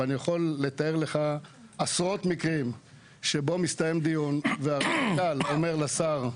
אני יכול לתאר לך עשרות מקרים שבהם מסתיים דיון והרמטכ"ל אומר לשר,